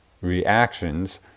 reactions